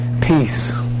Peace